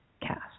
cast